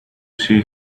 see